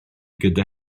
gyda